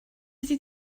ydy